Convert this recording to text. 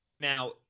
now—